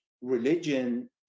religion